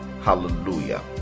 hallelujah